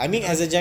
because